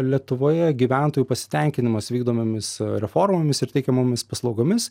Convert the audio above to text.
lietuvoje gyventojų pasitenkinimas vykdomomis reformomis ir teikiamomis paslaugomis